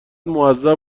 معذب